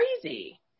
crazy